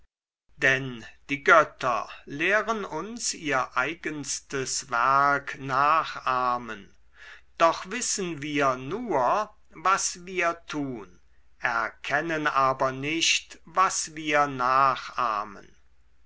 denn die götter lehren uns ihr eigenstes werk nachahmen doch wissen wir nur was wir tun erkennen aber nicht was wir nachahmen